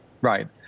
Right